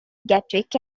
gatwick